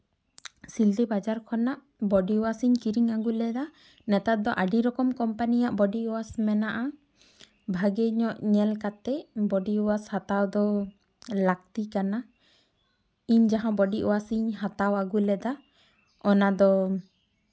ᱥᱤᱞᱫᱟᱹ ᱵᱟᱡᱟᱨ ᱠᱷᱚᱱᱟᱜ ᱵᱚᱰᱤ ᱳᱣᱟᱥ ᱤᱧ ᱠᱤᱨᱤᱧ ᱟᱹᱜᱩ ᱞᱮᱫᱟ ᱱᱮᱛᱟᱨ ᱫᱚ ᱟᱹᱰᱤ ᱨᱚᱠᱚᱢ ᱠᱳᱢᱯᱟᱱᱤᱭᱟᱜ ᱵᱚᱰᱤ ᱳᱣᱟᱥ ᱢᱮᱱᱟᱜᱼᱟ ᱵᱷᱟᱜᱮ ᱧᱚᱜ ᱧᱮᱞ ᱠᱟᱛᱮ ᱵᱚᱰᱤ ᱳᱣᱟᱥ ᱦᱟᱛᱟᱣ ᱫᱚ ᱞᱟᱹᱠᱛᱤ ᱠᱟᱱᱟ ᱚᱧ ᱡᱟᱦᱟᱸ ᱵᱚᱰᱤ ᱳᱣᱟᱥ ᱤᱧ ᱦᱟᱛᱟᱣ ᱟᱹᱜᱩ ᱞᱮᱫᱟ ᱚᱱᱟ ᱫᱚ